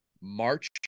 March